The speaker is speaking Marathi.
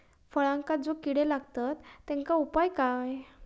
फळांका जो किडे लागतत तेनका उपाय काय?